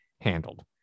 handled